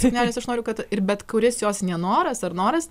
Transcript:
senelis aš noriu kad ir bet kuris jos nenoras ar noras